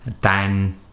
Dan